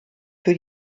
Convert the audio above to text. für